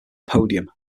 podium